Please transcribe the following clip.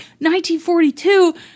1942